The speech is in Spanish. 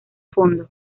fondo